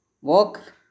walk